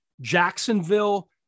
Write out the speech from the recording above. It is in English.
Jacksonville